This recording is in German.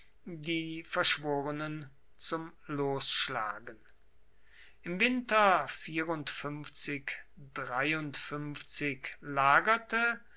die verschworenen zum losschlagen im winter lagerte